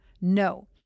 no